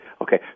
Okay